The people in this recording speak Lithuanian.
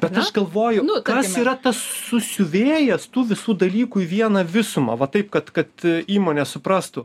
bet aš galvoju kas yra tas susiuvėjas tų visų dalykų į vieną visumą va taip kad kad įmonė suprastų